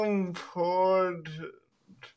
Important